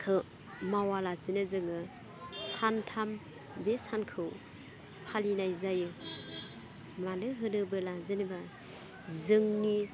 खौ मावालासिनो जोङो सान्थाम बे सानखौ फालिनाय जायो मानो होनोबोला जेनेबा जोंनि